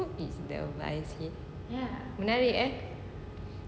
who is the vice head menarik ah